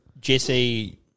Jesse